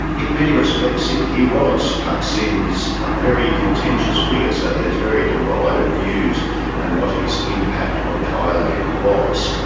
in many respects he he was. thaksin's a very contentious figure, so there is very divided views on and what his impact on thailand was.